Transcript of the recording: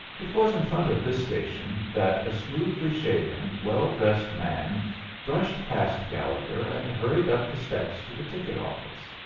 it was in front of this station that a smoothly shaven, well-dressed man brushed past gallegher and hurried up the steps to the ticket office.